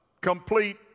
complete